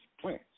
plans